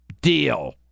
Deal